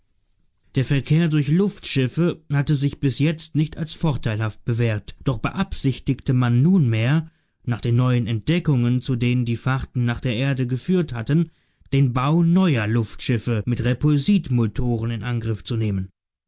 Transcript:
der verkehr durch luftschiffe hatte sich bis jetzt nicht als vorteilhaft bewährt doch beabsichtigte man nunmehr nach den neuen entdeckungen zu denen die fahrten nach der erde geführt hatten den bau neuer luftschiffe mit repulsitmotoren in angriff zu nehmen